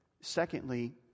Secondly